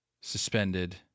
suspended